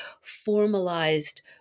formalized